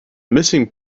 missing